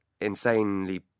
insanely